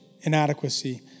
inadequacy